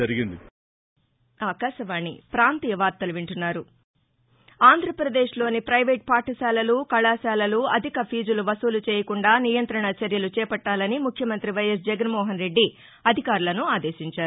voice ఆంధ్రప్రదేశ్లోని private పాఠశాలలు కళాశాలలు అధిక ఫీజులు వసూలు చేయకుండా నియంతణ చర్యలు చేపట్గాలని ముఖ్యమంత్రి వైఎస్ జగన్మోహన్రెడ్డి అధికారులను ఆదేశించారు